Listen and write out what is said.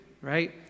right